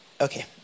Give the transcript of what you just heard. Okay